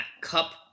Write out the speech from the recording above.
cup